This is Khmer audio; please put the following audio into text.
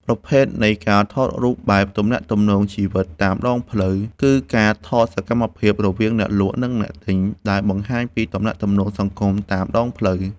ប្រភេទនៃការថតរូបបែប ទំនាក់ទំនងជីវិតតាមដងផ្លូវ គឺការថតសកម្មភាពរវាងអ្នកលក់ និងអ្នកទិញ ដែលបង្ហាញពីទំនាក់ទំនងសង្គមតាមដងផ្លូវ។